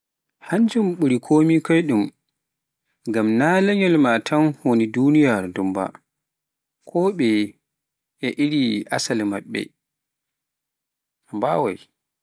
Hannjun ɓuri kome koydum, ngam na leñol maa tan woni duniyaaru ndun ba, ko ɓeye e iri asli maɓɓe, a mbawaai.